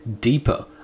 deeper